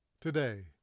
Today